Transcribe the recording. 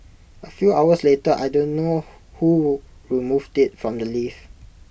A few hours later I don't know who removed IT from the lift